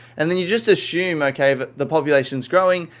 and then, you just assume ah kind of the population is growing,